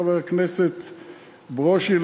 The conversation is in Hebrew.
חבר הכנסת ברושי,